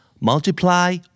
multiply